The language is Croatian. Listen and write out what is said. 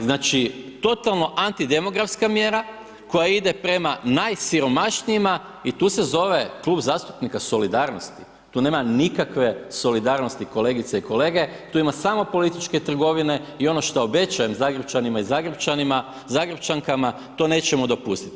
Znači totalno anti demografska mjera, koja ide prema najsiromašnijima i tu se zove Klub zastupnika Solidarnosti, tu nema nikakve solidarnosti kolegice i kolege, tu ima samo političke trgovine i ono što običajem Zagrepčanima i Zagrepčankama to nećemo dopustiti.